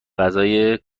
غذای